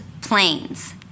planes